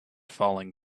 falling